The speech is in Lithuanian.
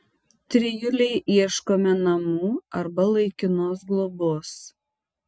trijulei ieškome namų arba laikinos globos